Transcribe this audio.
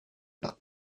pas